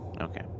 Okay